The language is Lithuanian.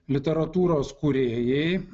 literatūros kūrėjai